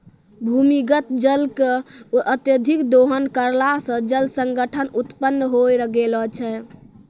भूमीगत जल के अत्यधिक दोहन करला सें जल संकट उत्पन्न होय गेलो छै